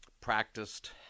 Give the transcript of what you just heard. practiced